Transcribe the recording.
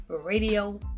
Radio